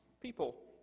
people